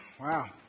Wow